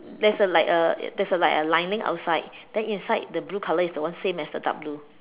there's a like a there's a like a lining outside then inside the blue colour is the one same as the dark blue